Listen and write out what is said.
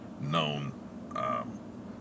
known